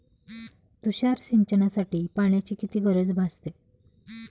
तुषार सिंचनासाठी पाण्याची किती गरज भासते?